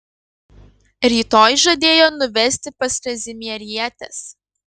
rytoj žadėjo nuvesti pas kazimierietes